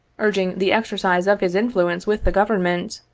urging the exercise of his influence with the government,